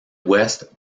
ouest